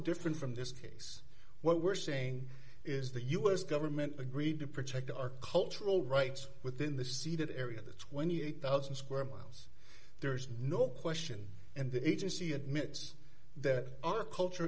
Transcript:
different from this case what we're saying is the u s government agreed to protect our cultural rights within the ceded area the twenty eight thousand square miles there's no question and the agency admits that our culture